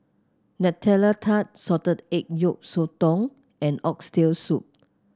Nutella Tart Salted Egg Yolk Sotong and Oxtail Soup